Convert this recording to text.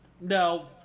No